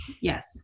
Yes